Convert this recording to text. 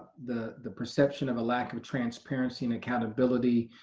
the the perception of a lack of transparency and accountability,